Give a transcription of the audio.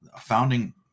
founding